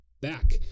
back